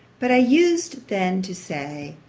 but i used then to say,